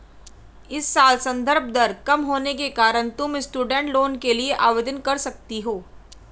इस साल संदर्भ दर कम होने के कारण तुम स्टूडेंट लोन के लिए आवेदन कर सकती हो